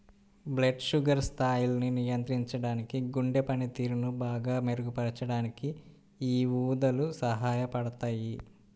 blood sugar స్థాయిల్ని నియంత్రించడానికి, గుండె పనితీరుని బాగా మెరుగుపరచడానికి యీ ఊదలు సహాయపడతయ్యి